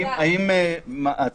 אני